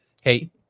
Hey